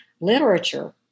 literature